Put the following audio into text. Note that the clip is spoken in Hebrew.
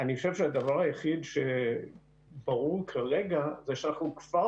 אני חושב שהדבר היחיד שברור כרגע הוא שכבר